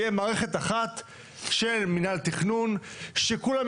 תהיה מערכת אחת של מנהל תכנון שכולם